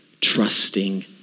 trusting